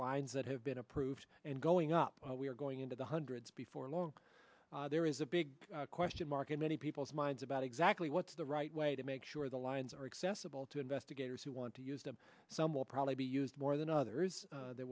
lines that have been approved and going up we are going into the hundreds before long there is a big question mark in many people's minds about exactly what's the right way to make sure the lines are accessible to investigators who want to use them some will probably be used more than others